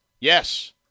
yes